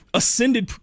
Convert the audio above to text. ascended